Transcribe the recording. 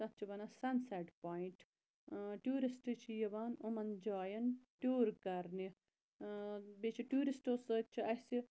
تتھ چھِ وَنان سَن سیٚٹ پوٚیِنٛٹ ٹورِسٹہٕ چھِ یِوان یِمَن جایَن ٹوٗر کَرنہٕ بیٚیہِ چھِ ٹوٗرِسٹو سۭتۍ چھِ اَسہِ